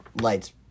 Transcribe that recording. lights